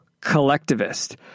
collectivist